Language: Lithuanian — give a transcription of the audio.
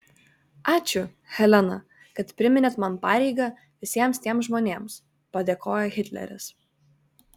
ačiū helena kad priminėt man pareigą visiems tiems žmonėms padėkojo hitleris